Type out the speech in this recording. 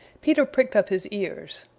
peter pricked up his ears,